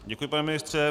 Děkuji, pane ministře.